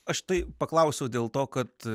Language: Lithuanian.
aš tai paklausiau dėl to kad